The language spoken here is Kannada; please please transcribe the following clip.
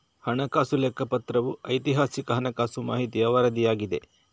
ಹಣಕಾಸು ಲೆಕ್ಕಪತ್ರವು ಐತಿಹಾಸಿಕ ಹಣಕಾಸು ಮಾಹಿತಿಯ ವರದಿಯಾಗಿದೆ